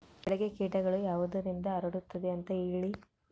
ಬೆಳೆಗೆ ಕೇಟಗಳು ಯಾವುದರಿಂದ ಹರಡುತ್ತದೆ ಅಂತಾ ಹೇಳಿ?